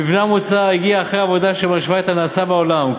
המבנה המוצע הגיע אחרי עבודה שמשווה את הנעשה בעולם.